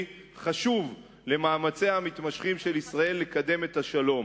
חשוב למאמציה המתמשכים של ישראל לקדם את השלום.